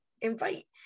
invite